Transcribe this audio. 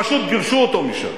פשוט גירשו אותו משם.